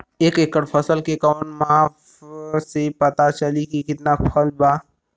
एक एकड़ फसल के कवन माप से पता चली की कितना फल बा?